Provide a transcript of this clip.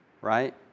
right